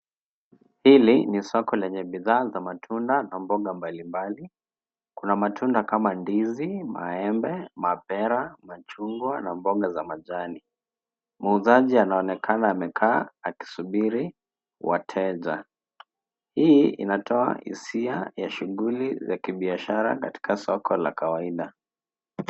Hili ni soko lenye bidhaa za matunda na mboga mbalimbali. Kuna matunda kama ndizi, maembe, mapera, machungwa, na mboga za majani. Muuzaji anaonekana amekaa akisubiri wateja. Hii inatoa hisia ya shughuli za kibiashara katika soko la kawaida.